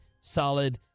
solid